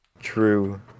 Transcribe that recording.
True